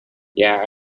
yeah